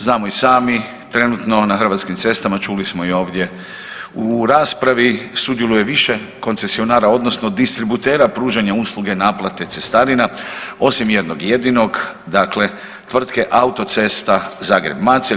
Znamo i sami, trenutno na hrvatskim cestama, čuli smo i ovdje u raspravi, sudjeluje više koncesionara, odnosno distributera pružanja usluga naplate cestarina, osim jednog jedinog, dakle tvrtka AC Zagreb-Macelj.